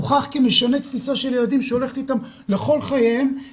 הוכח כמשנה תפיסה של ילדים שהולכת איתם לכל חייהם,